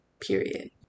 period